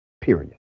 period